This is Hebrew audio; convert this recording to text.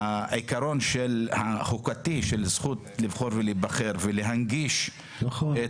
העיקרון של החוקתי של זכות לבחור ולהיבחר ולהנגיש את